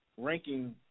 Ranking